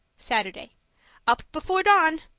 saturday up before dawn!